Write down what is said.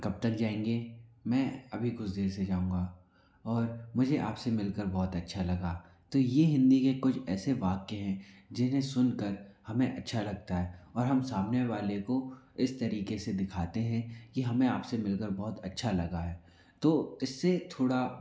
कब तक जाएंगे मैं अभी कुछ देर से जाऊँगा और मुझे आप से मिल कर बहुत अच्छा लगा तो ये हिन्दी के कुछ ऐसे वाक्य हैं जिन्हें सुन कर हमें अच्छा लगता है और हम सामने वाले को इस तरीक़े से दिखाते हैं कि हमें आप से मिल कर बहुत अच्छा लगा है तो इस से थोड़ा